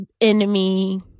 enemy